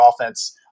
offense